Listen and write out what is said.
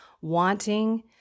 wanting